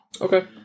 Okay